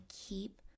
keep